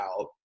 out